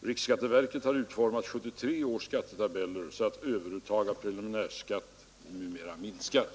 Riksskatteverket har utformat 1973 års skattetabeller så att överuttaget av preliminär skatt minskar.